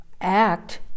act